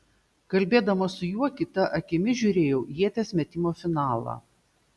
kalbėdama su juo kita akimi žiūrėjau ieties metimo finalą